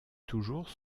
toujours